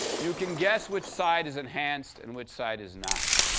you can guess which side is enhanced and which side is not.